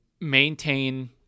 maintain